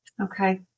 Okay